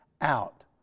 out